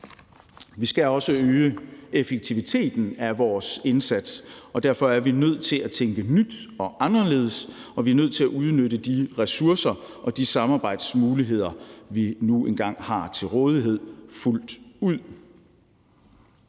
Vi skal også øge effektiviteten af vores indsats, og derfor er vi nødt til at tænke nyt og anderledes, og vi er nødt til at udnytte de ressourcer og de samarbejdsmuligheder, vi nu engang har til rådighed, fuldt ud.